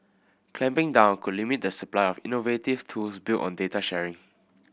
clamping down could limit the supply of innovative tools built on data sharing